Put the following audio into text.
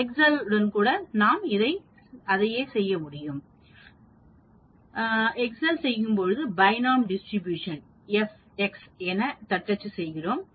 Excel உடன் கூட நாம் அதையே செய்ய முடியும் நாங்கள் எக்செல் செல்கிறோம் BINOM டிஸ்ட்ரிபியூஷன் f x என தட்டச்சு செய்கிறோம்